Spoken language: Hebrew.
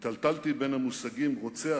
היטלטלתי בין המושגים רוצח,